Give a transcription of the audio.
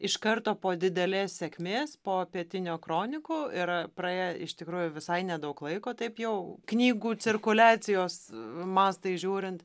iš karto po didelės sėkmės po pietinio kronikų yra praėję iš tikrųjų visai nedaug laiko taip jau knygų cirkuliacijos mastais žiūrint